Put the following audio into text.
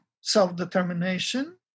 self-determination